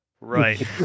Right